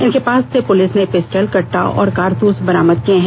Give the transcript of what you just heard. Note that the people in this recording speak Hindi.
इनके पास से पुलिस ने पिस्टल क ट्टा और कारतूस बरामद किये हैं